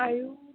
আৰু